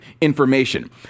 information